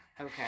Okay